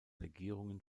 legierungen